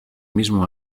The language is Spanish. mismo